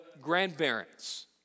grandparents